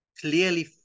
clearly